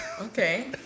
Okay